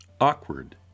Awkward